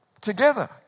together